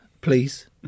Please